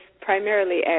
primarily